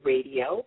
Radio